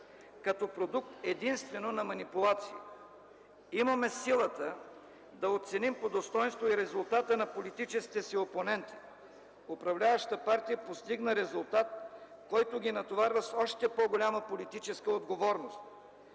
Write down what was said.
като продукт единствено на манипулации. Имаме силата да оценим по достойнство и резултата на политическите си опоненти. Управляващата партия постигна резултат, който ги натоварва с още по-голяма политическа отговорност.